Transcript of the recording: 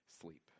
sleep